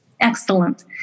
Excellent